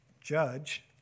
judge